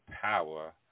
power